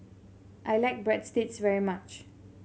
I like Breadsticks very much